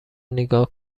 نیگا